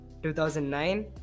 2009